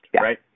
right